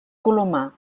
colomar